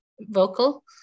vocal